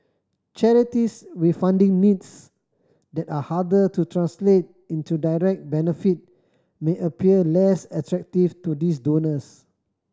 charities with funding needs that are harder to translate into direct benefit may appear less attractive to these donors